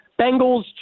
Bengals